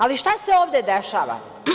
Ali, šta se ovde dešava?